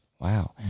Wow